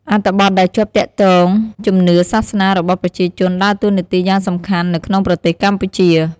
អត្ថបទដែលជាប់ទាក់ទងជំនឿសាសនារបស់ប្រជាជនដើរតួនាទីយ៉ាងសំខាន់នៅក្នុងប្រទេសកម្ពុជា។